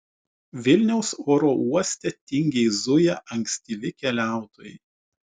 vilniaus oro uoste tingiai zuja ankstyvi keliautojai